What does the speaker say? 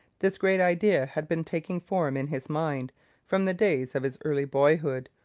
this great idea had been taking form in his mind from the days of his early boyhood,